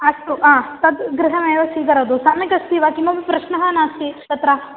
अस्तु हा तद् गृहमेव स्वीकरोतु सम्यक् अस्ति वा किमपि प्रश्नः नास्ति तत्र